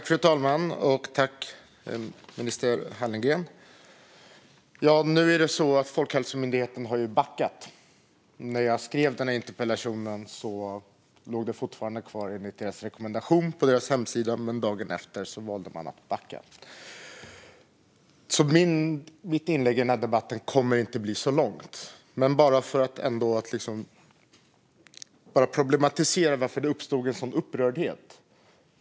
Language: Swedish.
Fru talman! Jag tackar socialminister Hallengren för svaret. Folkhälsomyndigheten har nu backat. När jag skrev denna interpellation fanns denna rekommendation kvar på deras hemsida. Men dagen efter valde man att backa. Mitt inlägg i denna debatt kommer därför inte att bli så långt. Men jag ska ändå problematisera varför det uppstod en sådan upprördhet.